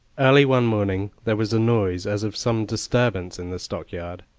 early one morning there was a noise as of some disturbance in the stockyard,